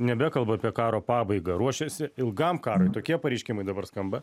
nebekalba apie karo pabaigą ruošiasi ilgam karui tokie pareiškimai dabar skamba